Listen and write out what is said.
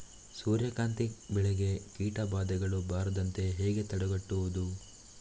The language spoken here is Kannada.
ಸೂರ್ಯಕಾಂತಿ ಬೆಳೆಗೆ ಕೀಟಬಾಧೆಗಳು ಬಾರದಂತೆ ಹೇಗೆ ತಡೆಗಟ್ಟುವುದು?